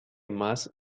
más